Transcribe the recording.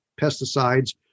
pesticides